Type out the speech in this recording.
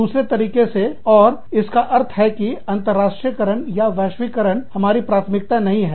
दूसरे तरीके से और तो इसका अर्थ है कि अंतर्राष्ट्रीय करण या वैश्वीकरण हमारी प्राथमिकता नहीं है